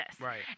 Right